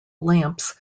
lamps